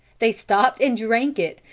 they stopped and drank it,